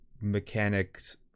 mechanics